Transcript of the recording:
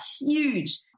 huge